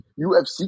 UFC